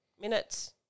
minutes